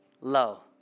low